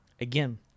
Again